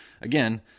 again